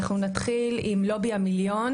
נתחיל עם לובי המיליון